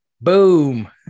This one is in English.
Boom